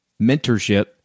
mentorship